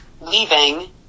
leaving